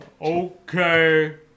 Okay